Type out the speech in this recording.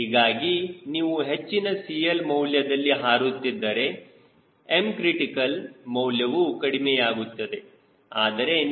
ಹೀಗಾಗಿ ನೀವು ಹೆಚ್ಚಿನ CL ಮೌಲ್ಯದಲ್ಲಿ ಹಾರುತ್ತಿದ್ದರೆ Mcr ಮೌಲ್ಯವು ಕಡಿಮೆಯಾಗುತ್ತದೆ ಆದರೆ ನೀವು 0